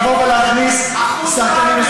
שזאת רפורמה משמעותית שתוכל לבוא ולהכניס שחקנים נוספים.